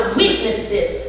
witnesses